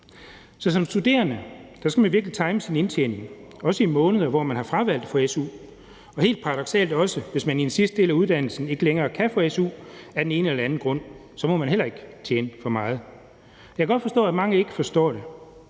Så som studerende skal man virkelig time sin indtjening, også i måneder, hvor man har fravalgt at få su, og helt paradoksalt må man heller ikke tjene for meget, hvis man i den sidste del af uddannelsen ikke kan få su af den ene eller den anden grund. Jeg kan godt forstå, at mange ikke forstår det.